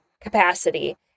capacity